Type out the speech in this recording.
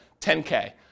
10K